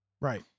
Right